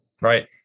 Right